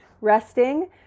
resting